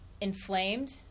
inflamed